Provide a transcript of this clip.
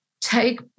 take